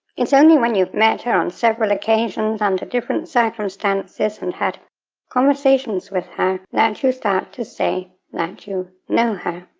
it's only when you've met her on several occasions under different circumstances and had conversations with her that you start to say that you know her.